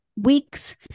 weeks